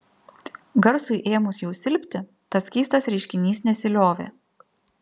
garsui ėmus jau silpti tas keistas reiškinys nesiliovė